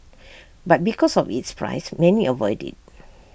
but because of its price many avoid IT